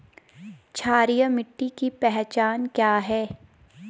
क्षारीय मिट्टी की पहचान क्या है?